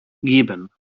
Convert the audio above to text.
geben